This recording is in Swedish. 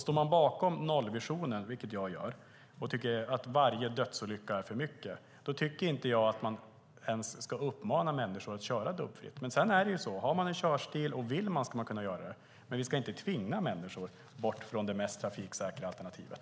Står man bakom nollvisionen, vilket jag gör, och tycker att varje dödsolycka är en för mycket tycker inte jag att man ska uppmana människor att köra dubbfritt. Man ska kunna göra det om man har en sådan körstil och vill göra det. Men vi ska inte tvinga människor bort från det mest trafiksäkra alternativet.